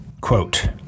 Quote